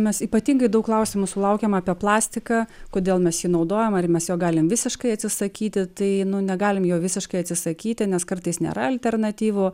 mes ypatingai daug klausimų sulaukiam apie plastiką kodėl mes jį naudojam ar mes jo galime visiškai atsisakyti tai negalime jo visiškai atsisakyti nes kartais nėra alternatyvų